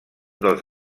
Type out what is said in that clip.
dels